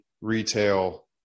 retail